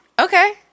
Okay